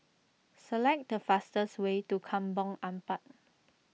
select the fastest way to Kampong Ampat